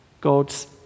God's